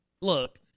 look